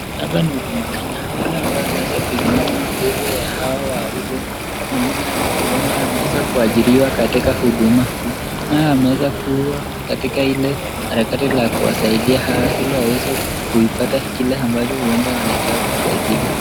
Hapa ni Huduma Kenya, yule ambaye ameweza kuinama mbele ya hawa wawili no yule ambaye huenda ameweza kuachiriwa katika Huduma, naye ameweza kuwa katika Ile harakati la kuwasaidia ili waweze kuipata kile ambacho huenda wanataka kusaidiwa.